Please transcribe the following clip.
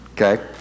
okay